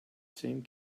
same